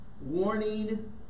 warning